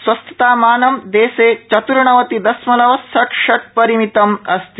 स्वस्थतामानम् देशे चत्र्णवति दशमलव षट्षट्परिमितम् अस्ति